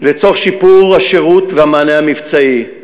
לצורך שיפור השירות והמענה המבצעי,